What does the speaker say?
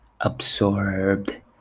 absorbed